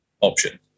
option